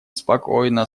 спокойно